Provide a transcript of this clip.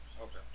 Okay